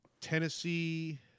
Tennessee